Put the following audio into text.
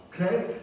Okay